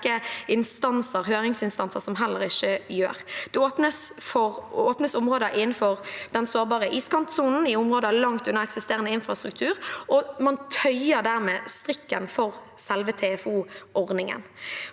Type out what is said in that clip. det en rekke høringsinstanser som heller ikke gjør. Det åpnes områder innenfor den sårbare iskantsonen, i områder langt unna eksisterende infrastruktur, og man tøyer dermed strikken for selve TFOordningen.